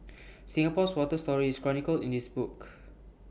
Singapore's water story is chronicled in this book